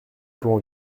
plan